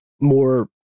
more